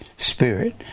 spirit